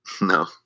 No